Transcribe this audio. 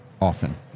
often